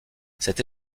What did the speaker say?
cette